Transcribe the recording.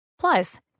Plus